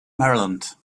maryland